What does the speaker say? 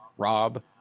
Rob